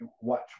watch